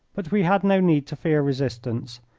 but we had no need to fear resistance,